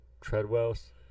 Treadwell's